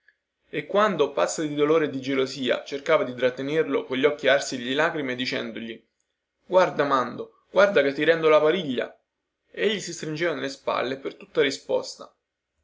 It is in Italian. e quando pazza di dolore e di gelosia cercava di trattenerlo cogli occhi arsi di lagrime dicendogli guarda mando guarda che ti rendo la pariglia egli si stringeva nelle spalle per tutta risposta